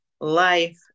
life